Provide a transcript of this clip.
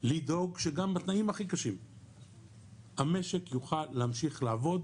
לדאוג שגם בתנאים הכי קשים המשק יוכל להמשיך לעבוד